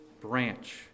branch